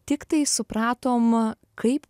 tiktai supratom kaip